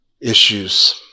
issues